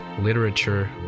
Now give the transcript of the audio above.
literature